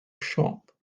shop